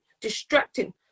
Distracting